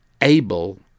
able